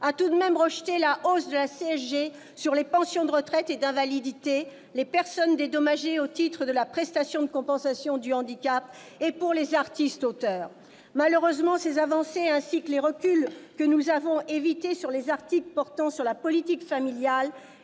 a tout de même rejeté la hausse de la CSG sur les pensions de retraite et d'invalidité, pour les personnes dédommagées au titre de la prestation de compensation du handicap et pour les artistes auteurs. Malheureusement, ces avancées, ainsi que les reculs que nous avons évités sur les articles portant sur la politique familiale